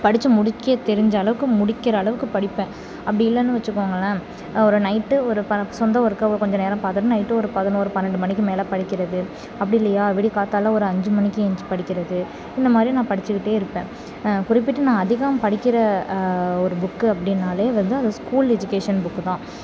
படிச்சு முடிக்கற தெரிஞ்ச அளவுக்கு முடிக்கிற அளவுக்கு படிப்பேன் அப்படி இல்லைனு வச்சுக்கோங்களேன் ஒரு நைட்டு ஒரு ப சொந்த வொர்க்கை கொஞ்சம் நேரம் பார்த்துட்டு நைட்டு ஒரு பதினோரு பன்னெரெண்டு மணிக்கி மேலே படிக்கிறது அப்படி இல்லையா விடியக்கார்த்தால ஒரு அஞ்சு மணிக்கு ஏந்திரிச்சு படிக்கிறது இந்த மாதிரி நான் படிச்சுக்கிட்டே இருப்பேன் குறிப்பிட்டு நான் அதிகம் படிக்கிற ஒரு புக்கு அப்படினாலே வந்து அது ஸ்கூல் எஜுகேஷன் புக்குதான்